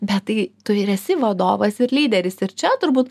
bet tai tu ir esi vadovas ir lyderis ir čia turbūt